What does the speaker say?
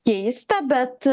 keista bet